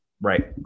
Right